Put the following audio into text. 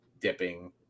dipping